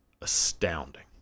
astounding